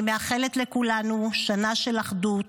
אני מאחלת לכולנו שנה של אחדות,